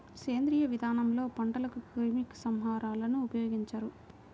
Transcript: సేంద్రీయ విధానంలో పంటలకు క్రిమి సంహారకాలను ఉపయోగించరు